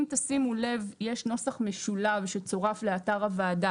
אם תשימו לב, יש נוסח משולב שצורף לאתר הוועדה.